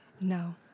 No